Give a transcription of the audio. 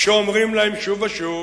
כשאומרים להם שוב ושוב,